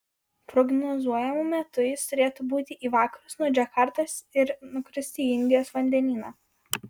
prognozuojamu metu jis turėtų būti į vakarus nuo džakartos ir nukristi į indijos vandenyną